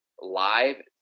live